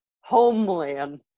Homeland